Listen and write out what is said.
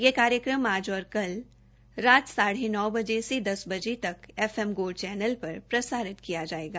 यह कार्यक्रम आज और कल रात साढ़े नौ बजे से दस बजे तक एफ एम गोल्ड चैनल पर प्रसारित किया जायेगा